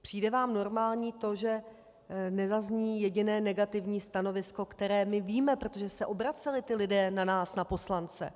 Přijde vám normální to, že nezazní jediné negativní stanovisko, které my víme, protože se ti lidé obraceli na nás, na poslance?